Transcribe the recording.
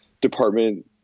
department